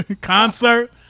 Concert